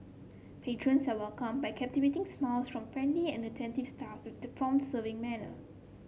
patrons are welcomed by captivating smiles from friendly and attentive staff with the prompt serving manner